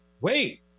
Wait